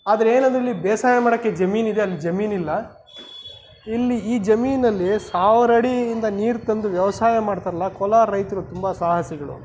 ಆದ್ರೆ ಏನಂದ್ರೆ ಇಲ್ಲಿ ಬೇಸಾಯ ಮಾಡೋಕ್ಕೆ ಜಮೀನಿದೆ ಅಲ್ಲಿ ಜಮೀನಿಲ್ಲ ಇಲ್ಲಿ ಈ ಜಮೀನಲ್ಲಿ ಸಾವಿರಡಿಯಿಂದ ನೀರು ತಂದು ವ್ಯವಸಾಯ ಮಾಡ್ತಾರಲ್ಲ ಕೋಲಾರ ರೈತರು ತುಂಬ ಸಾಹಸಿಗಳು